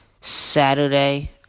Saturday